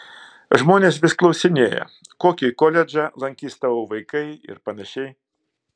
žmonės vis klausinėja kokį koledžą lankys tavo vaikai ir panašiai